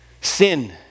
Sin